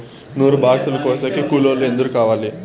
నూరు బాక్సులు కోసేకి కూలోల్లు ఎందరు కావాలి?